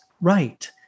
right